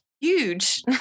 Huge